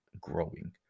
growing